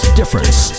difference